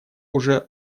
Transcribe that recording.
уже